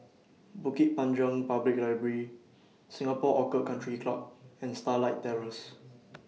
Bukit Panjang Public Library Singapore Orchid Country Club and Starlight Terrace